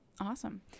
Awesome